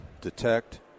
detect